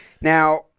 Now